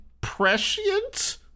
prescient